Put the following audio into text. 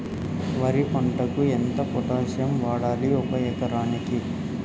వరి పంటకు ఎంత పొటాషియం వాడాలి ఒక ఎకరానికి?